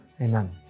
Amen